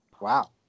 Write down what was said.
Wow